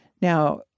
Now